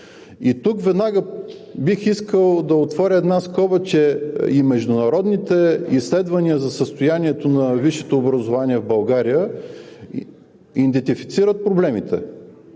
И тук веднага бих искал да отворя една скоба, че и международните изследвания за състоянието на висшето образование в България идентифицират проблемите,